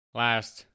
last